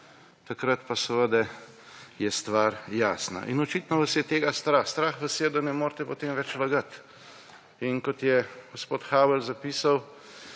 takrat pa seveda je stvar jasna. In očitno vas je tega strah; strah vas je, da ne morete potem več lagati. In kot je gospod Havel zapisal,